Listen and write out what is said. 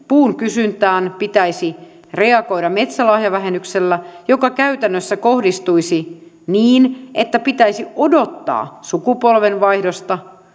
puun kysyntään pitäisi reagoida metsälahjavähennyksellä joka käytännössä kohdistuisi niin että pitäisi odottaa sukupolvenvaihdosta